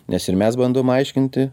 nes ir mes bandom aiškinti